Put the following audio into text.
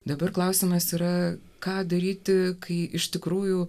dabar klausimas yra ką daryti kai iš tikrųjų